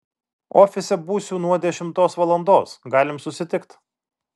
ofise būsiu nuo dešimtos valandos galim susitikt